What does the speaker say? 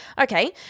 okay